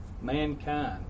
mankind